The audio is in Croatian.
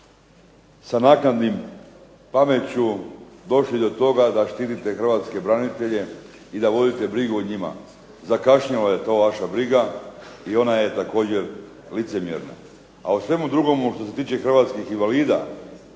sa naknadnim pameću došli do toga da štitite hrvatske branitelje i da vodite brigu o njima. Zakašnjela je ta vaša briga i ona je također licemjerna. A o svemu drugomu što se tiče hrvatskih invalida,